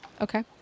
Okay